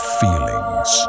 feelings